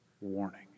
warning